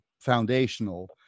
foundational